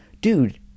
dude